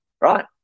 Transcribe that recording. right